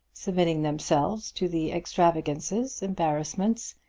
submitting themselves to the extravagances, embarrassments,